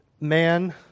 man